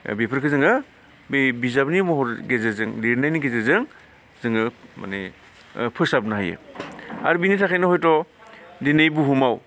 बेफोरखौ जोङो बे बिजाबनि महर गेजेरजों लिरनायनि गेजेरजों जोङो माने फोसाबनो हायो आरो बेनि थाखायनो हयत' दिनै बुहुमाव